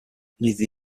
neither